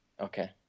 Okay